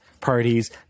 parties